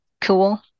cool